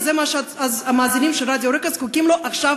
כי זה מה שהמאזינים של רדיו רק"ע זקוקים לו עכשיו,